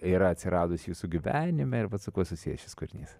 yra atsiradusi jūsų gyvenime ir vat su kuo susijęs šis kūrinys